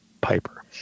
piper